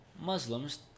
Muslims